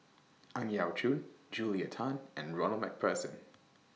Ang Yau Choon Julia Tan and Ronald MacPherson